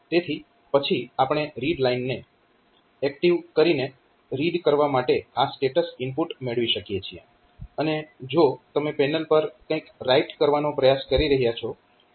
તેથી પછી આપણે રીડ લાઇનને એક્ટીવ કરીને રીડ કરવા માટે આ સ્ટેટસ ઇનપુટ મેળવી શકીએ છીએ અને જો તમે પેનલ પર કંઈક રાઈટ કરવાનો પ્રયાસ કરી રહ્યાં છો